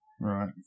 Right